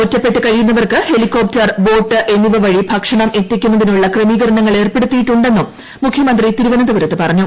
ഒറ്റപ്പെട്ട് കഴിയുന്നവർക്ക് helicopter boat എന്നിവവഴി ഭക്ഷണം എത്തിക്കുന്നതിനുള്ള ക്രമീകരണങ്ങൾ ഏർപ്പെടുത്തിയിട്ടുണ്ടെന്നും മുഖ്യമന്ത്രി തിരുവനന്തപുരത്ത് പറഞ്ഞു